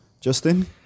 Justin